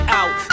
out